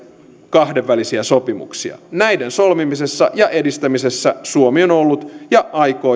kahdenvälisiä sopimuksia näiden solmimisessa ja edistämisessä suomi on ollut ja aikoo jatkossakin olla aktiivinen